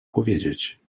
powiedzieć